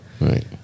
Right